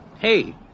Hey